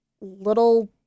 little